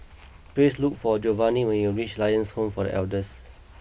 please look for Jovanni when you reach Lions Home for The Elders